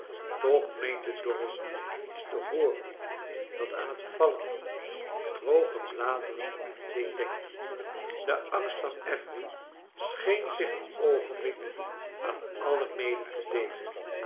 toch meeru de dorrit iets te hooren dat aan het vallen van droge bladeren deed denken de angst vari affery scheen zich een oogenblik aan alien inede te deelen